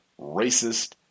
racist